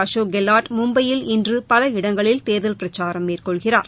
அஷோக் கெலாட் மும்பையில் இன்று பல இடங்களில் தேர்தல் பிரச்சாரம் மேற்கொள்கிறார்